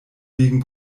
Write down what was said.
wegen